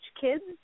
kids